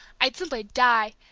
i'd simply die!